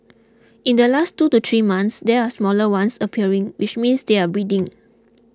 in the last two to three months there are smaller ones appearing which means they are breeding